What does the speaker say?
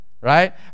right